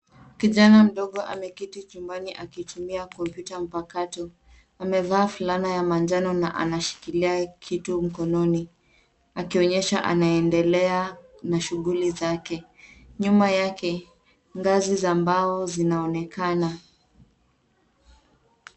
Kijana mdogo ameketi chumbani akitumia komputa mpakato. Amevaa fulana ya manjano na anashikilia kitu mkononi akionyesha anaendelea na shughuli zake. Nyuma yake ngazi za mbao zinaonekana.